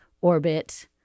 orbit